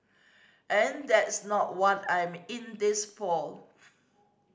and that's not want I'm in this for